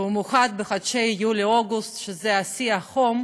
במיוחד בחודשי יולי-אוגוסט, שזה שיא החום,